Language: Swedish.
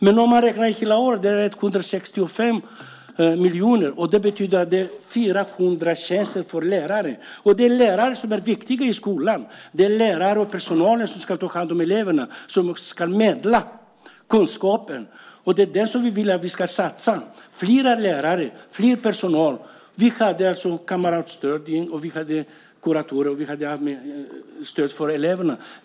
Men om man räknar på det hela är det 165 miljoner, och det betyder att det är 400 tjänster för lärare. Det är lärare som är viktiga i skolan. Det är lärare och personalen som ska ta hand om eleverna, som ska förmedla kunskapen. Det är där som vi vill att vi ska satsa. Det handlar om fler lärare, fler personal. Vi hade kamratstödjare. Vi hade kuratorer, och vi hade stöd för eleverna.